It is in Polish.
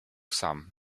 sam